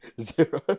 Zero